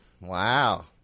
wow